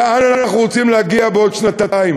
לאן אנחנו רוצים להגיע בעוד שנתיים